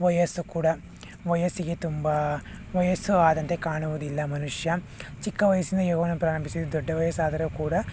ವಯಸ್ಸು ಕೂಡ ವಯಸ್ಸಿಗೆ ತುಂಬ ವಯಸ್ಸು ಆದಂತೆ ಕಾಣುವುದಿಲ್ಲ ಮನುಷ್ಯ ಚಿಕ್ಕ ವಯಸ್ಸಿನಿಂದ ಯೋಗವನ್ನು ಪ್ರಾರಂಭಿಸಿ ದೊಡ್ಡ ವಯಸ್ಸಾದರೂ ಕೂಡ